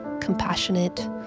compassionate